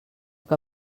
que